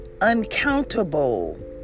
uncountable